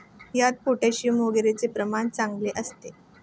यात पोटॅशियम वगैरेचं प्रमाण चांगलं असतं